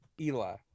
Eli